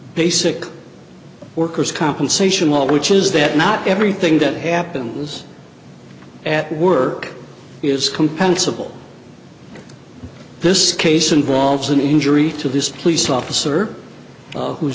basic workers compensation law which is that not everything that happens at work is compensable this case involves an injury to this police officer who